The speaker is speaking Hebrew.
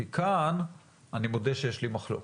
כי כאן אני מודה שיש לי מחלוקת.